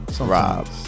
Rob